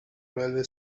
railway